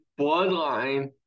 bloodline